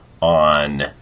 on